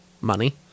money